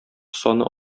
саны